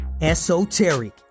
esoteric